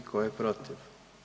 Tko je protiv?